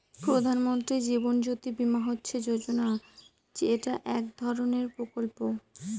প্রধান মন্ত্রী জীবন জ্যোতি বীমা যোজনা হচ্ছে এক ধরনের প্রকল্প